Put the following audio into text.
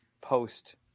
Post